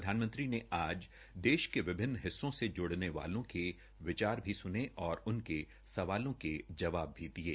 प्रधानमंत्री ने आज देश के विभिन्न हिस्सो से ज्ड़ने वालों के विचार भी सुने तथा उनके सवालों के जवाब भी दिये